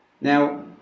now